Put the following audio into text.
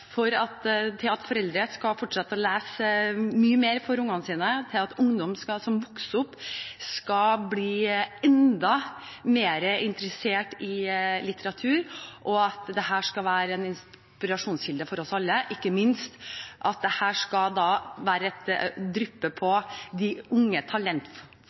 for foreldre til å fortsette å lese mye mer for ungene sine, at ungdom som vokser opp, skal bli enda mer interessert i litteratur, og at dette skal være en inspirasjonskilde for oss alle – ikke minst at dette skal dryppe på de unge